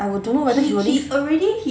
I will don't know whether he will